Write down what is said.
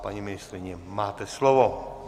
Paní ministryně, máte slovo.